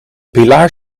pilaar